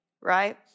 right